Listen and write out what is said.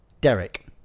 Derek